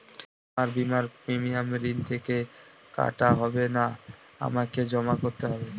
আমার বিমার প্রিমিয়াম ঋণ থেকে কাটা হবে না আমাকে জমা করতে হবে?